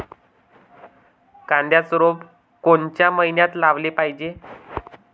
कांद्याचं रोप कोनच्या मइन्यात लावाले पायजे?